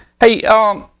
hey